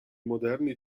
moderni